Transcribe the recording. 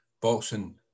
boxing